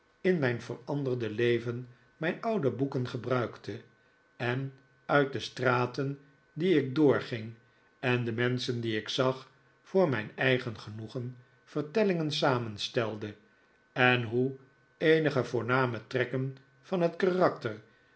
in mijn veranderde leyen mijn oude boeken gebruikte en uit de straten die ik doorging en de menschen die ik zag voor mijn eigen genoegen vertellingen samenstelde en hoe eenige voorname trekken van het